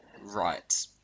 right